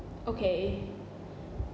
okay